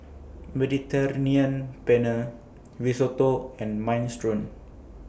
Mediterranean Penne Risotto and Minestrone